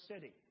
City